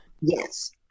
Yes